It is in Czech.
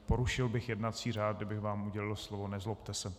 Porušil bych jednací řád, kdybych vám udělil slovo, nezlobte se.